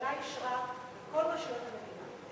שהממשלה אישרה וכל רשויות המדינה.